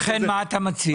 לכן, מה אתה מציע?